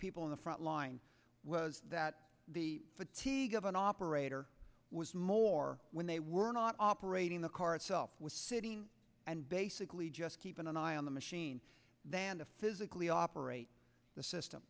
people in the front line was that the fatigue of an operator was more when they were not operating the car itself was sitting and basically just keeping an eye on the machine than to physically operate the system